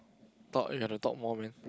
talk eh you got to talk more man